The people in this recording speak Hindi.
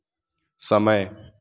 समय